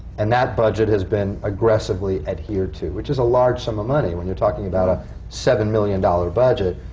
and that budget has been aggressively adhered to, which is a large sum of money. when you're talking about a seven million dollar budget,